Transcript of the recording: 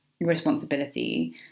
responsibility